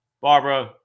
Barbara